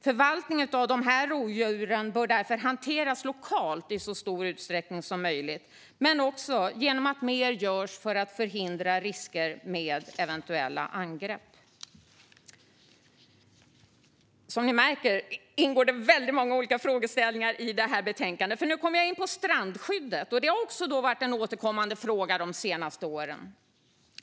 Förvaltningen av dessa rovdjur bör därför hanteras lokalt i så stor utsträckning som möjligt men också genom att mer görs för att minska riskerna för angrepp. Som ni märker ingår det väldigt många frågeställningar i detta betänkande. Nu går jag in på strandskyddet. Det har också varit en återkommande fråga de senaste åren.